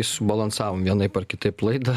subalansavom vienaip ar kitaip laidą